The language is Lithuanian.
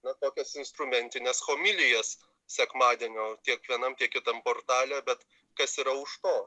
na tokias instrumentines homilijas sekmadienio tiek vienam tiek kitam portale bet kas yra už to